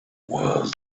was